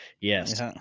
Yes